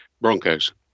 Broncos